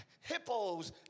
hippos